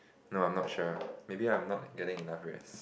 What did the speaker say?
no I'm not sure maybe I'm not getting enough rest